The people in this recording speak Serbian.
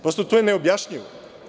Prosto, to je neobjašnjivo.